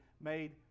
made